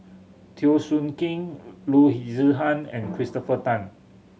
Teo Soon Kim Loo Zihan and Christopher Tan